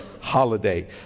holiday